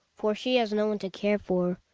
for she has no one to care for,